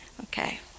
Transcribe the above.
Okay